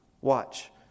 Watch